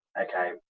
okay